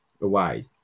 Away